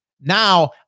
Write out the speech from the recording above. now